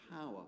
power